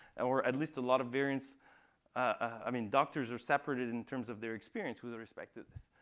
or at least a lot of variance i mean, doctors are separate in terms of their experience with respect to this.